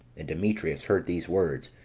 and demetrius heard these words,